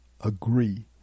agree